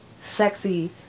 sexy